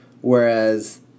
Whereas